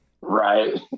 right